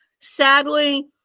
Sadly